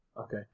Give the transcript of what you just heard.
okay